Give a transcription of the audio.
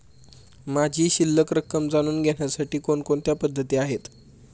माझी शिल्लक रक्कम जाणून घेण्यासाठी कोणकोणत्या पद्धती आहेत?